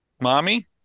mommy